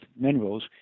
minerals